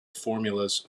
formulas